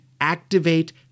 activate